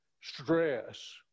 stress